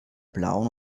blauen